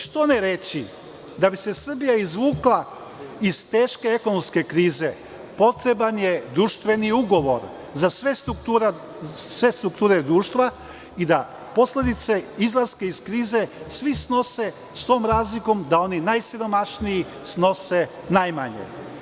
Što ne reći, da bi se Srbija izvukla iz teške ekonomske krize, potreban je društveni ugovor za sve strukture društva i da posledice izlaska iz krize svi snose, s tom razlikom da oni najsiromašniji snose najmanje.